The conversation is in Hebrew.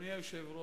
אדוני היושב-ראש,